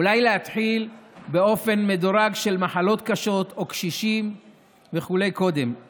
אולי להתחיל באופן מדורג במחלות קשות או קשישים וכו' קודם,